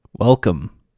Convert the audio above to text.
Welcome